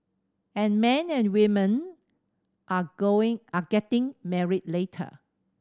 and men and women are going are getting married later